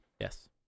Yes